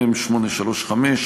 מ/835,